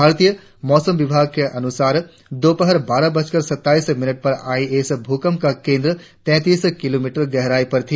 भारतीय मौसम विभाग के अनुसार दोपहर बारह बजकर सत्ताईस मिनट पर आई इस भूकंप का केंद्र तैतीस किलोमीटर गहराई पर था